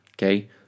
Okay